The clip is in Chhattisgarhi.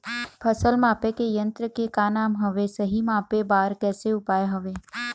फसल मापे के यन्त्र के का नाम हवे, सही मापे बार कैसे उपाय हवे?